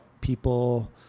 people